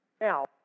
Now